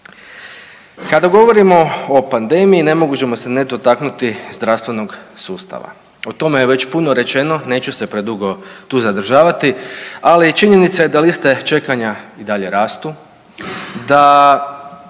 Kada govorimo o pandemiji ne možemo se ne dotaknuti zdravstvenog sustava, o tome je već puno rečeno neću se predugo tu zadržavati, ali činjenica je da liste čekanja i dalje rastu, da